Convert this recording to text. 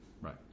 right